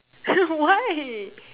why